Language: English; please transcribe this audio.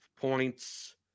Points